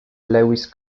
lewis